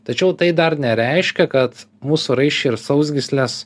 tačiau tai dar nereiškia kad mūsų raiščiai ir sausgyslės